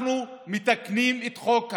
אנחנו מתקנים את חוק הלאום.